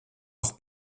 auch